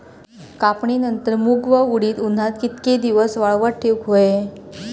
कापणीनंतर मूग व उडीद उन्हात कितके दिवस वाळवत ठेवूक व्हये?